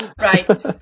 Right